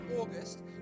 August